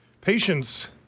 Patience